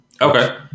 Okay